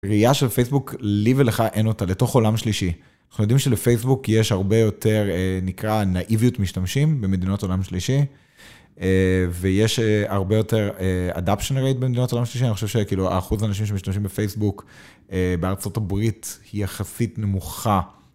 ראייה של פייסבוק, לי ולך אין אותה, לתוך עולם שלישי. אנחנו יודעים שלפייסבוק יש הרבה יותר נקרא, נאיביות משתמשים במדינות עולם שלישי, ויש הרבה יותר אדאפשן רייט במדינות עולם שלישי, אני חושב שהאחוז האנשים שמשתמשים בפייסבוק בארצות הברית, היא יחסית נמוכה.